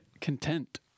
Content